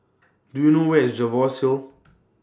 Do YOU know Where IS Jervois Hill